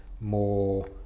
more